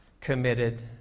committed